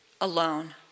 alone